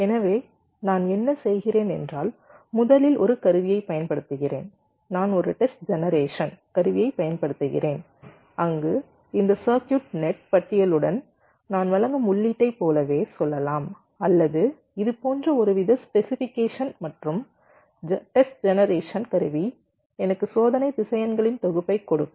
எனவே நான் என்ன செய்கிறேன் என்றால் முதலில் ஒரு கருவியைப் பயன்படுத்துகிறேன் நான் ஒரு டெஸ்ட் ஜெனரேஷன் கருவியைப் பயன்படுத்துகிறேன் அங்கு இந்த சர்க்யூட் நெட் பட்டியலுடன் நான் வழங்கும் உள்ளீட்டைப் போலவே சொல்லலாம் அல்லது இது போன்ற ஒருவித விவரக்குறிப்பு மற்றும் டெஸ்ட் ஜெனரேஷன் கருவி எனக்கு சோதனை திசையன்களின் தொகுப்பைக் கொடுக்கும்